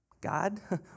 God